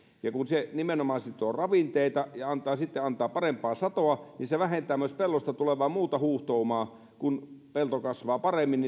ja kun se nimenomaan sitoo ravinteita ja sitten antaa parempaa satoa niin se vähentää myös pellosta tulevaa muuta huuhtoumaa kun pelto kasvaa paremmin